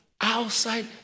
outside